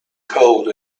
cold